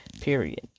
period